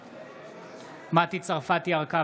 בעד מטי צרפתי הרכבי,